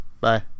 Bye